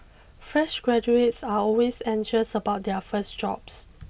fresh graduates are always anxious about their first jobs